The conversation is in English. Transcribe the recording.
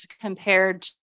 compared